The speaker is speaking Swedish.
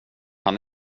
han